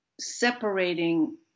separating